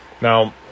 Now